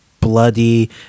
bloody